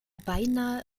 beinahe